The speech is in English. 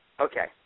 Okay